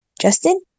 Justin